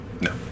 No